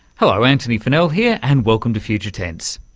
hello, antony funnell here, and welcome to future tense.